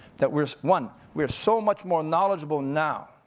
that we're one, we're so much more knowledgeable now,